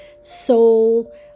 soul